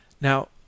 Now